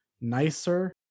nicer